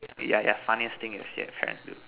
yeah yeah funniest thing you've seen your parents do